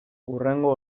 hurrengo